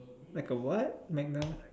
like a what magnet